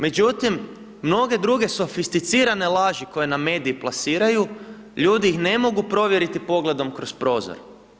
Međutim mnoge druge sofisticirane laži koje nam mediji plasiraju ljudi ih ne mogu provjeriti pogledom kroz prozor.